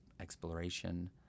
exploration